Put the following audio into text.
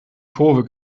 kurve